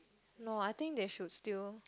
no I think they should still